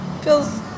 feels